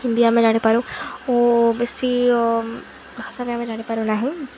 ହିନ୍ଦୀ ଆମେ ଜାଣିପାରୁ ଓ ବେଶୀ ଭାଷା ବି ଆମେ ଜାଣିପାରୁ ନାହିଁ